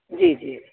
जी जी